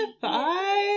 five